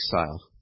exile